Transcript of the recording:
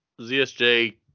ZSJ